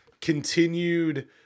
continued